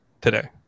today